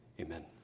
Amen